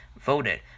voted